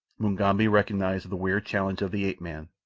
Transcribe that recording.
mugambi recognized the weird challenge of the ape-man.